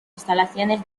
instalaciones